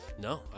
No